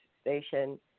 station